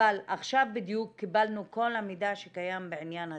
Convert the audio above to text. אבל עכשיו בדיוק קיבלנו את כל המידע שקיים בעניין התקצוב.